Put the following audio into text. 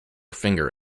finger